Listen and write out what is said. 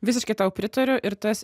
visiškai tau pritariu ir tas